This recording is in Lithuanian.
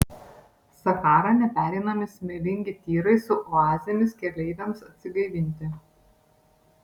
sachara nepereinami smėlingi tyrai su oazėmis keleiviams atsigaivinti